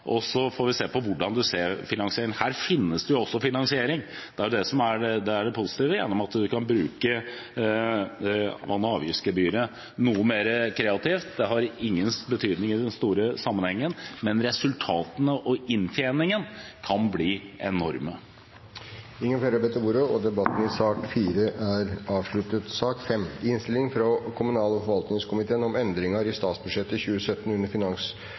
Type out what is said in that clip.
kr. Så jeg ser på dette som en start, og så får vi se på hvordan vi finansierer. Her finnes det jo finansiering, og det er det som er det positive, gjennom at man kan bruke vann- og avgiftsgebyret noe mer kreativt. Det har ingen betydning i den store sammenhengen, men resultatene og inntjeningen kan bli enorme. Flere har ikke bedt om ordet til sak nr. 4. Ingen har bedt om ordet til sak nr. 5. Etter ønske fra utenriks- og